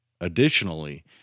Additionally